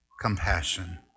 compassion